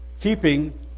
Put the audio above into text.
keeping